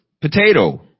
potato